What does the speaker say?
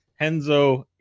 henzo